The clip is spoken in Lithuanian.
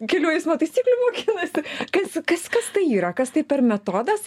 kelių eismo taisyklių mokinasi kas kas kas tai yra kas tai per metodas